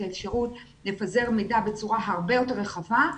האפשרות לפזר מידע בצורה הרבה יותר רחבה,